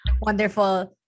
wonderful